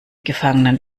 gefangenen